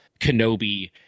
Kenobi